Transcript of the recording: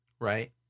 Right